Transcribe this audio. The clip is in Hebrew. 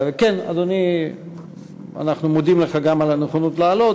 אנחנו מודים לך גם על הנכונות לעלות,